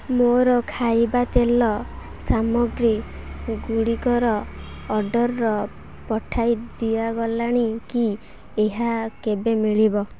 ମୋର ଖାଇବା ତେଲ ସାମଗ୍ରୀଗୁଡ଼ିକର ଅର୍ଡ଼ର୍ ପଠାଇ ଦିଆଗଲାଣି କି ଏହା କେବେ ମିଳିବ